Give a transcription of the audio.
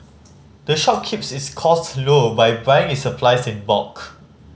the shop keeps its costs low by buying its supplies in the bulk